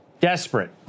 desperate